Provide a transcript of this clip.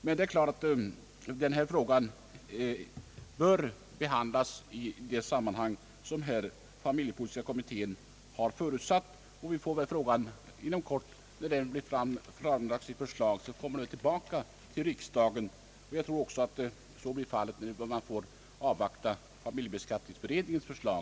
Men det är klart att denna fråga bör behandlas i det sammanhang som familjepolitiska kommittén förut satt, och när kommittén inom kort framlagt sitt förslag kommer det tillbaka till riksdagen. Jag tror också att man på samma sätt får avvakta familjebeskattningsberedningens förslag.